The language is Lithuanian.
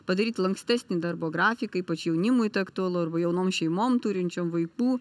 padaryti lankstesnį darbo grafiką ypač jaunimui tai aktualu arba jaunom šeimom turinčiom vaikų